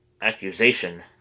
accusation